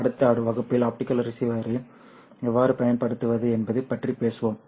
அடுத்த வகுப்பில் ஆப்டிகல் ரிசீவரை எவ்வாறு மேம்படுத்துவது என்பது பற்றி பேசுவோம்